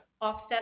offset